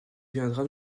viendras